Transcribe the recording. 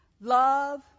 Love